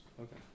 Okay